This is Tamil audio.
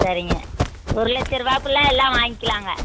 சரிங்க ஒரு லட்ச ரூபாக்குள்ள எல்லாம் வாங்கிக்கிலாங்க